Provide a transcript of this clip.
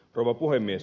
rouva puhemies